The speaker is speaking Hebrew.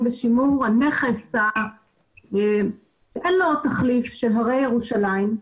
בשימור הנכס שאין לו תחליף של הרי ירושלים.